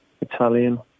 Italian